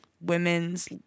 women's